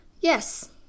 Yes